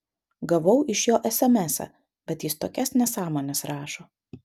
gavau iš jo esemesą bet jis tokias nesąmones rašo